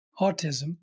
autism